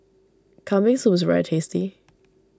Kambing Soup is very tasty